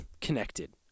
connected